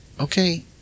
Okay